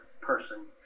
person